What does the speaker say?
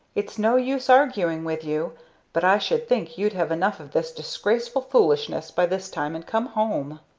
it's no use arguing with you but i should think you'd have enough of this disgraceful foolishness by this time and come home!